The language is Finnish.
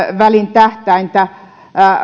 tähtäintä